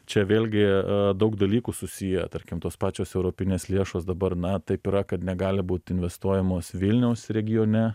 čia vėlgi daug dalykų susiję tarkim tos pačios europinės lėšos dabar na taip yra kad negali būt investuojamos vilniaus regione